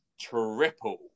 triple